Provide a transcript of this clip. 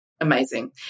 Amazing